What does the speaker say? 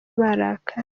barakara